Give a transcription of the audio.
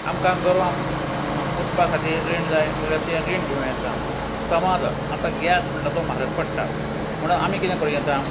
आमकां गोरवां पोसपा खातीर रीण जाय जाल्यार तें रीण घेवं येता समज आतां गॅस म्हणटा तो म्हारग पडटा म्हणून आमी कितें करूं येता